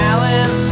Alan